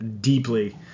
deeply